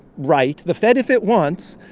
right the fed, if it wants,